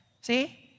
See